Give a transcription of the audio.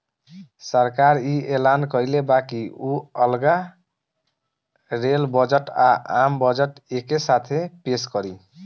सरकार इ ऐलान कइले बा की उ अगला रेल बजट आ, आम बजट एके साथे पेस करी